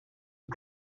een